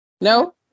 No